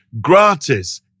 gratis